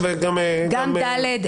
גם (ד),